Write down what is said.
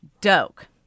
doke